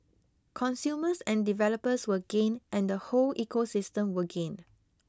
consumers and developers will gain and the whole ecosystem will gain